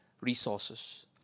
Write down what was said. resources